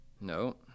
No